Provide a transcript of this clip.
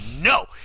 No